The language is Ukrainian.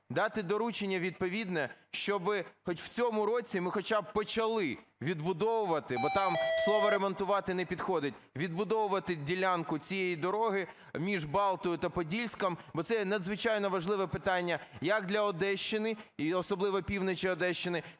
дати доручення відповідне, щоби хоч в цьому році ми хоча б почали відбудовувати, бо там слово "ремонтувати" не підходить, відбудовувати ділянку цієї дороги між Балтою та Подільськом, бо це є надзвичайно важливе питання як для Одещини, і особливо півночі Одещини,